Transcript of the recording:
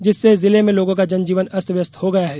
जिससे जिले में लोगों का जीवन अस्त व्यस्त हो गया है